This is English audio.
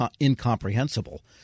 incomprehensible